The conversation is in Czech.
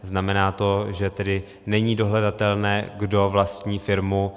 Znamená to tedy, že není dohledatelné, kdo vlastní firmu.